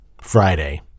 Friday